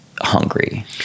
hungry